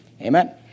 Amen